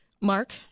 Mark